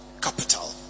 capital